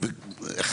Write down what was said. גם